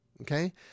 Okay